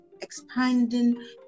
expanding